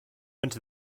into